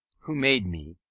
who made me?